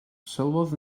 sylwodd